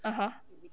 (uh huh)